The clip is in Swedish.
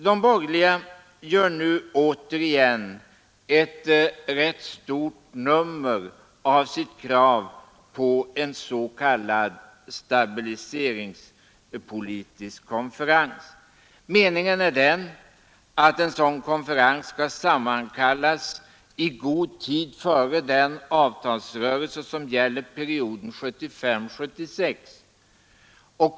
De borgerliga gör nu återigen ett stort nummer av sitt krav på en s.k. stabiliseringspolitisk konferens. Meningen är att en sådan konferens skulle sammankallas i god tid före den avtalsrörelse som gäller perioden 1975—1976.